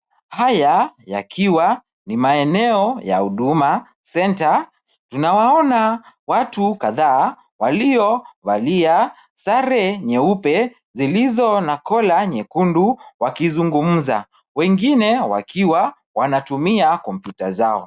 Haya yakiwa ni maeneo ya Huduma Centre. Tunawaona watu kadhaa waliovalia sare nyeupe zilizo na kola nyekundu wakizungumza, wengine wakiwa wanatumia kompyuta zao.